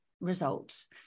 results